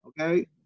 Okay